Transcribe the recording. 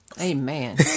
Amen